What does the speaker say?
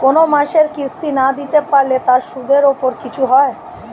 কোন মাসের কিস্তি না দিতে পারলে তার সুদের উপর কিছু হয়?